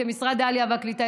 כמשרד העלייה והקליטה,